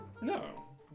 No